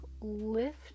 lift